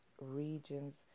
regions